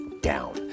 down